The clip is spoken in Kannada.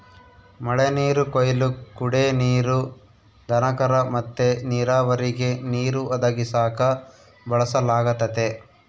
ಮಳೆನೀರು ಕೊಯ್ಲು ಕುಡೇ ನೀರು, ದನಕರ ಮತ್ತೆ ನೀರಾವರಿಗೆ ನೀರು ಒದಗಿಸಾಕ ಬಳಸಲಾಗತತೆ